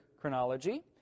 chronology